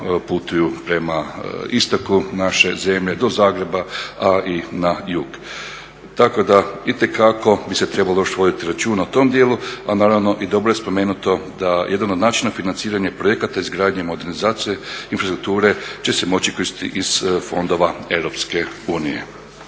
putuju prema istoku naše zemlje, do Zagreba, a i na jug. Tako da itekako bi se trebalo još voditi računa o tom dijelu, a naravno i dobro je spomenuto da jedan od načina financiranja i projekata izgradnje i modernizacije infrastrukture će se moći koristiti iz fondova EU. Ono